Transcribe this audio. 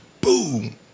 boom